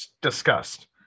discussed